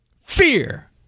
Fear